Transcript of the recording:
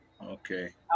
Okay